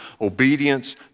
obedience